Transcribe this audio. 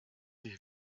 ich